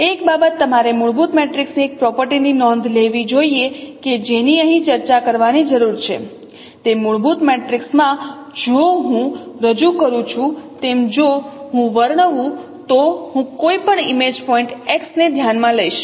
એક બાબત તમારે મૂળભૂત મેટ્રિક્સની એક પ્રોપર્ટી ની નોંધ લેવી જોઈએ કે જેની અહીં ચર્ચા કરવાની જરૂર છે તે મૂળભૂત મેટ્રિક્સમાં જો હું રજૂ કરું છું તેમ જો હું વર્ણવું તો હું કોઈપણ ઇમેજ પોઇન્ટ x ને ધ્યાનમાં લઈશ